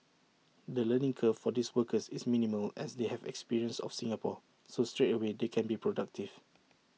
the learning curve for these workers is minimal as they have experience of Singapore so straightaway they can be productive